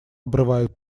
обрывает